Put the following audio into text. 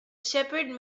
shepherd